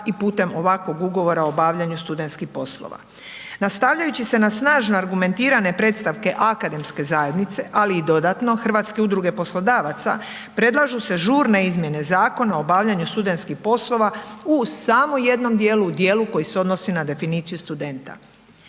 i putem ovakvog ugovora o obavljanju studentskih poslova. Nastavljajući se na snažno argumentirane predstavke akademske zajednice, ali i dodatno, Hrvatske udruge poslodavaca, predlažu se žurne izmjene Zakona o obavljanju studentskih poslova u samo jednom dijelu, u dijelu koji se odnosi na definiciju studenta.